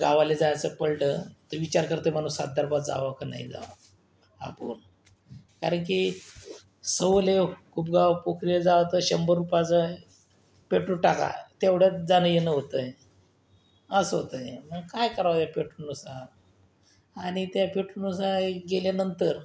गावाला जायचं पडलं तर विचार करतो माणूस सात दरबा जावं का नाही जावं आपण कारण की सोवलेव उपगाव पोपले जायचं शंभर रुपयाचंही पेट्रोल टाका तेवढ्यात जाणं येणं होतं आहे असं होतं आहे ना काय करावं या पेट्रोलसा आणि त्या पेट्रोलसा एक गेल्यानंतर